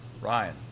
Ryan